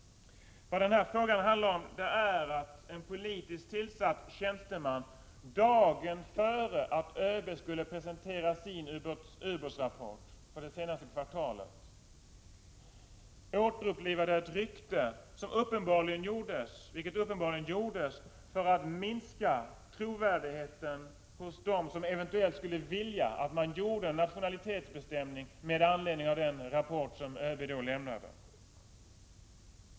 Dagen innan ÖB skulle presentera sin ubåtsrapport för det senaste kvartalet återupplivade denne politiskt tillsatte tjänsteman ett rykte, uppenbarligen för att minska trovärdigheten hos dem som eventuellt skulle vilja att man gjorde en nationalitetsbestämning med anledning av den rapport som ÖB lämnade.